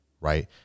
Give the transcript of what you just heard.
right